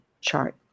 chart